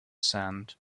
sand